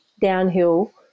downhill